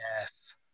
Yes